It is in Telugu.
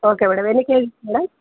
ఓకే మేడం ఎన్ని కేజీ మేడం